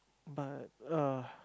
but err